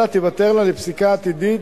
אלה תיוותרנה לפסיקה עתידית,